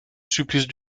supplice